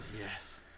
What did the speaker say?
Yes